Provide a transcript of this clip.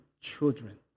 children